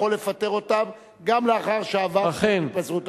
לפטר אותם גם לאחר שעברה ההצעה להתפזרות,